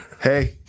Hey